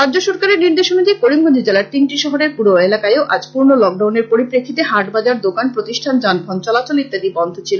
রাজ্য সরকারের নির্দেশ অনুযায়ী করিমগঞ্জ জেলার তিনটি শহরের পুর এলাকায়ো আজ পূর্ণ লকডাউনের পরিপ্রেক্ষিতে হাট বাজার দোকান যানবাহন চলাচল ইত্যাদি বন্ধ ছিল